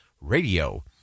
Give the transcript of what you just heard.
radio